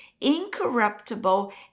incorruptible